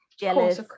jealous